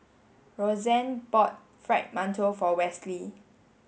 Roxann bought Fried Mantou for Westley